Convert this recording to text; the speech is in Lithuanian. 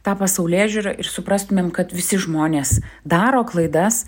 tą pasaulėžiūrą ir suprastumėm kad visi žmonės daro klaidas